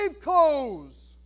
clothes